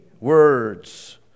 words